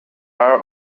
are